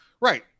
Right